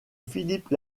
philippe